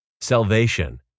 salvation